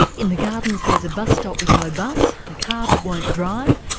in the gardens there's a bus stop with no bus, a car that won't drive,